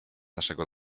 naszego